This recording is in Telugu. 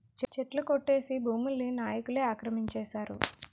చెట్లు కొట్టేసి భూముల్ని నాయికులే ఆక్రమించేశారు